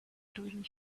doing